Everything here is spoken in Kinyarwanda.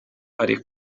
ari